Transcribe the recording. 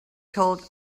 told